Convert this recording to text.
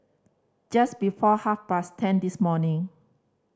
just before half past ten this morning